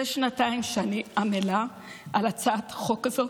זה שנתיים אני עמלה על הצעת החוק הזאת,